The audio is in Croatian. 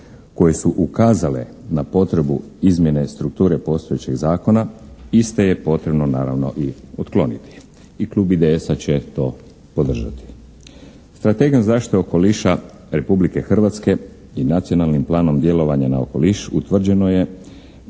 koje su ukazale na potrebu izmjene strukture postojećih zakona, iste je potrebno naravno i otkloniti i Klub IDS-a će to podržati. Strategijom zaštite okoliša Republike Hrvatske i Nacionalnim planom djelovanja na okoliš utvrđeno je